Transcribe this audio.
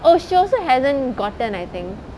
oh she also hasn't gotten I think